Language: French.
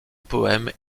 poèmes